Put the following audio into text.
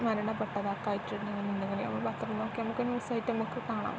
മരണപ്പെട്ടതൊക്കെ ആയിട്ടുണ്ടെങ്കിൽ നമ്മൾ പത്ര നോക്കിയാൽ നമുക്ക് ന്യൂസായിട്ട് നമ്മൾക്ക് കാണാം